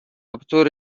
بطور